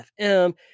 FM